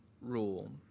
rule